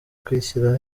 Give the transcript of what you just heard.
kwishyira